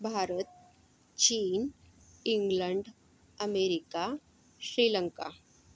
भारत चीन England America Sri Lanka